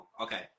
Okay